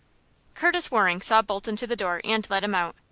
curtis waring saw bolton to the door, and let him out.